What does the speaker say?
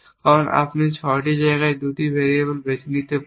কারণ আপনি 6টি জায়গায় 2টি ভেরিয়েবল বেছে নিতে পারেন